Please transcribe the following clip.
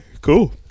cool